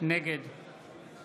נגד